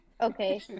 Okay